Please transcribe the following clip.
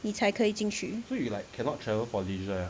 你才可以进去